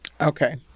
Okay